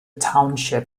township